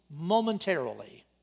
momentarily